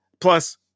plus